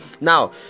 Now